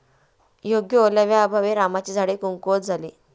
योग्य ओलाव्याअभावी रामाची झाडे कमकुवत झाली